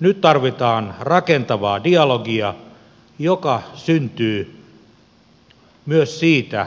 nyt tarvitaan rakentavaa dialogia joka syntyy myös siitä